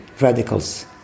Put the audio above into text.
Radicals